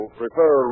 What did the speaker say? prefer